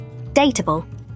Dateable